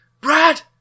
Brad